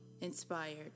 Inspired